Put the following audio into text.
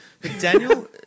Daniel